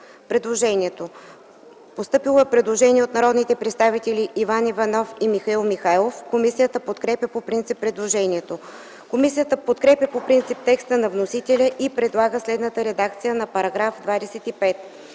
от комисията. Постъпило е предложение от народните представители Иван Иванов и Михаил Михайлов, което е подкрепено по принцип от комисията. Комисията подкрепя по принцип текста на вносителя и предлага следната редакция на § 25: „§ 25.